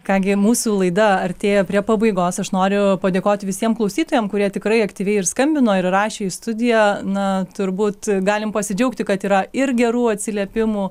ką gi mūsų laida artėja prie pabaigos aš noriu padėkoti visiem klausytojam kurie tikrai aktyviai ir skambino ir rašė į studiją na turbūt galim pasidžiaugti kad yra ir gerų atsiliepimų